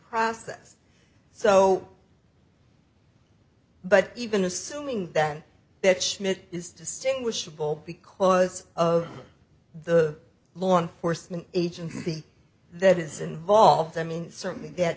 process so but even assuming then that schmidt is distinguishable because of the law enforcement agency that is involved i mean certainly that